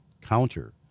counter